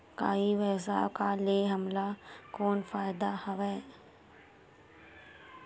का ई व्यवसाय का ले हमला कोनो फ़ायदा हवय?